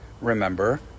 remember